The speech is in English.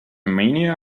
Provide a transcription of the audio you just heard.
mania